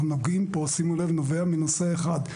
נוגעים פה שימו לב נובע מנושא אחד.